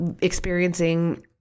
experiencing